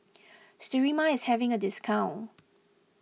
Sterimar is having a discount